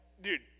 dude